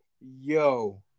Yo